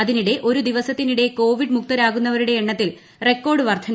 അതിനിടെ ഒരു ദിവസത്തിനിടെ കോവിഡ് മുക്തരാകുന്നവരുടെ എണ്ണത്തിൽ റെക്കോഡ് വർദ്ധന